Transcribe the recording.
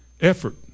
effort